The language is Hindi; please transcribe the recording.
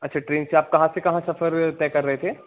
अच्छा ट्रेन से आप कहाँ से कहाँ सफ़र तय कर रहे थे